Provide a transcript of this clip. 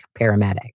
paramedic